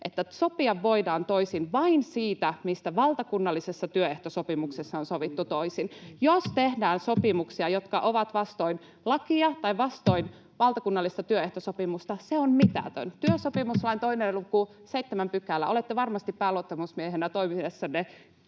että sopia voidaan toisin vain siitä, mistä valtakunnallisessa työehtosopimuksessa on sovittu toisin. Jos tehdään sopimuksia, jotka ovat vastoin lakia tai vastoin valtakunnallista työehtosopimusta, se on mitätön. Työsopimuslain 2 luvun 7 §— olette varmasti pääluottamusmiehenä toimiessanne